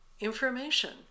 information